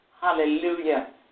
Hallelujah